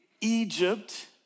Egypt